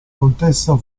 contessa